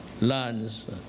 lands